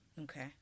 Okay